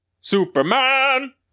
Superman